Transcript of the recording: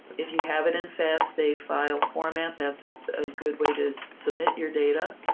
if you have it in fasta file format, that's a ah good way to submit your data.